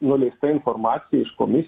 nuleista informacija iš komisijos